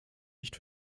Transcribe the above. nicht